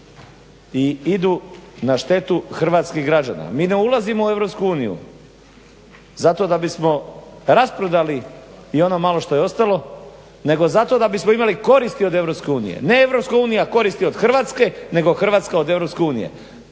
i idu na štetu hrvatskih građana. Mi ne ulazimo u EU zato da bismo rasprodali i ono malo što je ostalo nego zato da bismo imali koristi od EU, ne EU koristi od Hrvatske nego Hrvatska od EU.